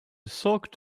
soaked